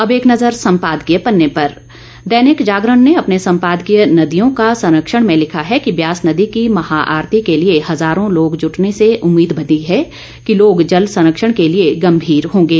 अब एक नज़र सम्पादकीय पन्ने पर दैनिक जागरण ने अपने सम्पादकीय नदियों का संरक्षण में लिखा है कि ब्यास नदी की महाआरती के लिए हज़ारों लोग जुटने से उम्मीद बंधी है कि लोग जलसंरक्षण के लिए गंभीर होंगे